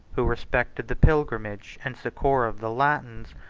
who respected the pilgrimage and succor of the latins,